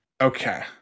Okay